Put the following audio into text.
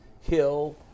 Hill